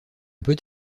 peut